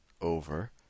over